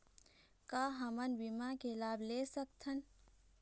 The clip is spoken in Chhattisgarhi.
का हमन बीमा के लाभ ले सकथन?